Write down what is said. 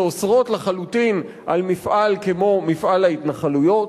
שאוסרת לחלוטין על מפעל כמו מפעל ההתנחלויות.